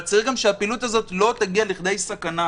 אבל צריך גם שהפעילות הזאת לא תגיע לכדי סכנה.